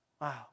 Wow